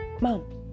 mom